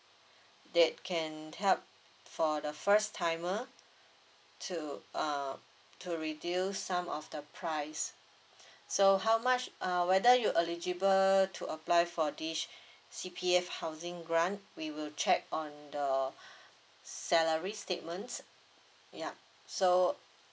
that can help for the first timer to uh to reduce some of the price so how much uh whether you eligible to apply for this C_P_F housing grant we will check on the salary statements ya so